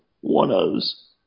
one-ofs